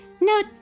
No